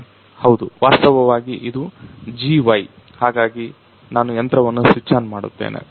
ವಾಸ್ತವವಾಗಿ ಇದು GY ಹಾಗಾಗಿ ನಾನು ಯಂತ್ರವನ್ನು ಸ್ವಿಚ್ ಆನ್ ಮಾಡುತ್ತೇನೆ